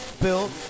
Bill